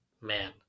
man